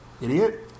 Idiot